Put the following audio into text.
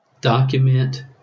Document